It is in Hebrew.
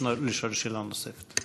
לשאול שאלה נוספת.